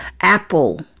Apple